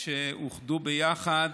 שאוחדו יחד.